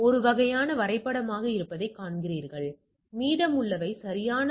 எனவே அவை இன்மை கருதுகோளாக வரும்